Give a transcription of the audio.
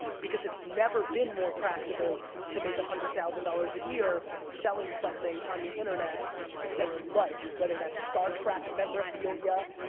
because it's never been more practical to make a one hundred thousand dollars a year selling something on the internet that you like, whether that's star trek memorabilia,